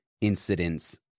incidents